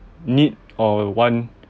need or want